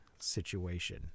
situation